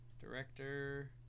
Director